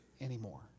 anymore